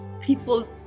people